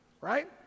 right